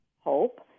hope